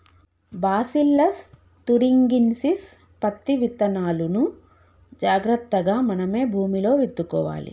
bacillus thuringiensis పత్తి విత్తనాలును జాగ్రత్తగా మనమే భూమిలో విత్తుకోవాలి